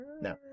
no